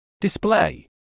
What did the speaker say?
display